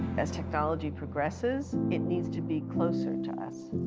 as technology progresses, it needs to be closer to us.